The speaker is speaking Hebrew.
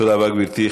תודה רבה, גברתי.